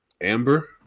Amber